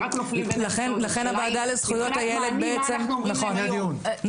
שבוע הוועדה לזכויות הילד הוצאנו מכתב דחוף לאלוף אורי גורדין,